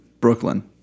Brooklyn